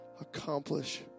accomplish